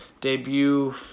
debut